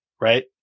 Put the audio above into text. right